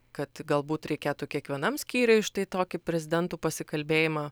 kad galbūt reikėtų kiekvienam skyriuj štai tokį prezidentų pasikalbėjimą